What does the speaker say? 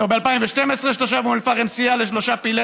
ב-2012 תושב אום אל-פחם סייע לשלושה פעילי